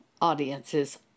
audiences